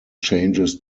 changes